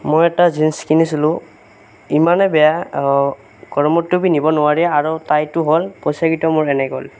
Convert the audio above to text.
মই এটা জিনচ কিনিছিলোঁ ইমানেই বেয়া গৰমততো পিন্ধিব নোৱাৰি টাইটো হ'ল আৰু মোৰ পইচাকেইটা এনেই গ'ল